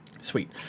Sweet